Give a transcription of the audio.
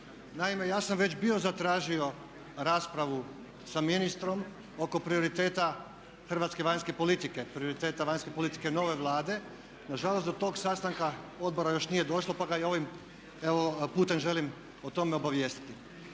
Naime, ja sam već bio zatražio raspravu sa ministrom oko prioriteta hrvatske vanjske politike, prioriteta vanjske politike nove Vlade. Nažalost, do tog sastanka odbora još nije došlo pa ga ja ovim putem evo želim o tome obavijestiti.